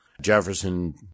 Jefferson